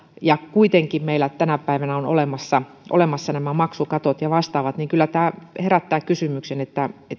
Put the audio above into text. ja että kuitenkin meillä tänä päivänä on olemassa olemassa maksukatot ja vastaavat niin kyllä tämä herättää kysymyksen